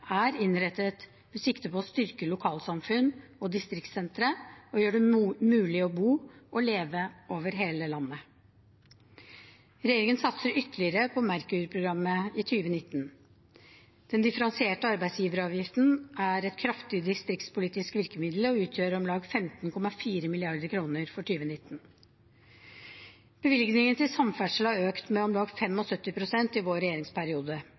er innrettet med sikte på å styrke lokalsamfunn og distriktssentre og gjør det mulig å bo og leve over hele landet. Regjeringen satser ytterligere på Merkur-programmet i 2019. Den differensierte arbeidsgiveravgiften er et kraftig distriktspolitisk virkemiddel og utgjør om lag 15,4 mrd. kr for 2019. Bevilgningene til samferdsel har økt med om lag 75 pst. i vår regjeringsperiode.